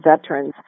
veterans